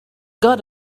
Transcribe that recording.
got